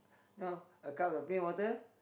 no a cup of plain water